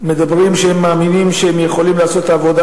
אומרים שהם מאמינים שהם יכולים לעשות את העבודה